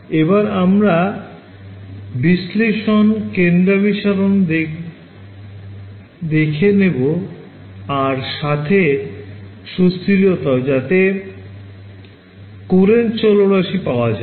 এবার আমরা বিশ্লেষণ convergence দেখে নেব আর সাথে সস্থিরতাও যাতে Courant চলরাশি পাওয়া যায়